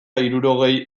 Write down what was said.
hirurogei